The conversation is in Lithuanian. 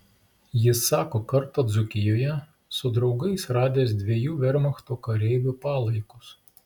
jis sako kartą dzūkijoje su draugais radęs dviejų vermachto kareivių palaikus